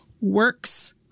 works